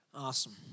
Awesome